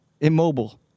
immobile